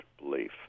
belief